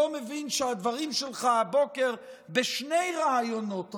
לא מבין שהדברים שלך הבוקר בשני ראיונות רדיו,